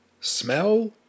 Smell